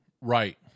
Right